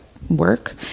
work